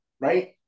Right